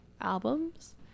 albums